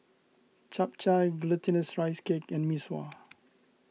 Chap Chai Glutinous Rice Cake and Mee Sua